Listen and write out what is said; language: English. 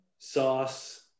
sauce